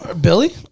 billy